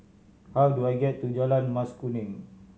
how do I get to Jalan Mas Kuning